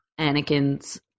Anakin's